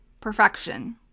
perfection